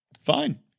Fine